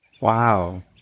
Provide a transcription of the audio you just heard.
Wow